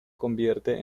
convierte